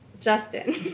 justin